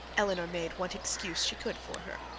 elinor made what excuse she could for her.